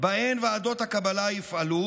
שבהם ועדות הקבלה יפעלו